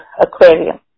aquarium